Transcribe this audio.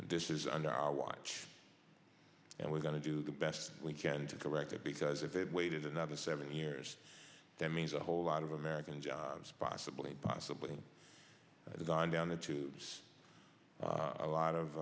this is under our watch and we're going to do the best we can to correct it because if it waited another seven years that means a whole lot of american jobs possibly possibly design down the tubes a lot of